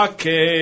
Okay